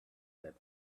said